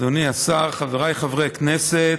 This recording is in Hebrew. אדוני השר, חבריי חברי הכנסת,